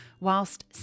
whilst